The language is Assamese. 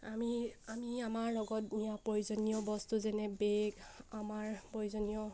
আমি আমি আমাৰ লগত নিয়া প্ৰয়োজনীয় বস্তু যেনে বেগ আমাৰ প্ৰয়োজনীয়